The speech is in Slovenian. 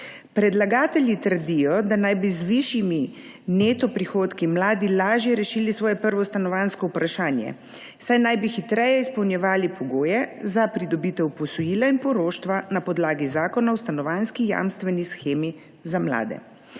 Predlagatelji trdijo, da naj bi z višjimi neto prihodki mladi lažje rešili svoje prvo stanovanjsko vprašanje, saj naj bi hitreje izpolnjevali pogoje za pridobitev posojila in poroštva na podlagi Zakona o stanovanjski jamstveni shemi za mlade.